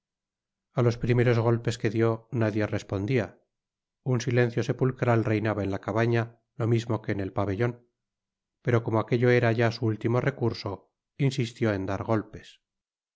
a los primeros golpes que dió nadie respondia un silencio sepulcral reinaba en la cabaña lo mismo que en el pabellon pero como aquello era ya su último recurso insistió en dar golpes